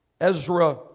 Ezra